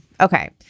Okay